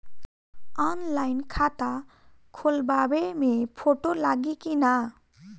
Online खाता खोलबाबे मे फोटो लागि कि ना?